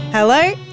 Hello